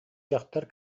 дьахтар